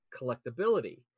collectability